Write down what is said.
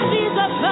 Jesus